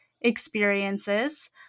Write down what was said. experiences